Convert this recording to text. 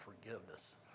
forgiveness